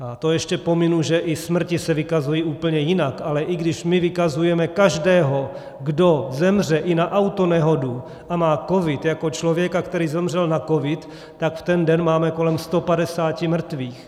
A to ještě pominu, že i smrti se vykazují úplně jinak, ale i když my vykazujeme každého, kdo zemře i na autonehodu a má covid, jako člověka, který zemřel na covid, tak ten den máme kolem 150 mrtvých.